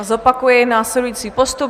Zopakuji následující postup.